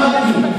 שמעתי.